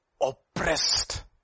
oppressed